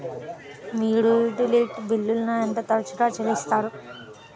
మీరు యుటిలిటీ బిల్లులను ఎంత తరచుగా చెల్లిస్తారు?